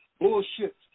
bullshit